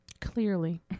Clearly